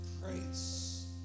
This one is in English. grace